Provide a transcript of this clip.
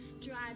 drive